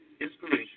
Inspiration